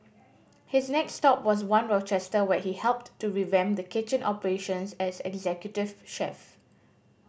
his next stop was One Rochester where he helped to revamp the kitchen operations as executive chef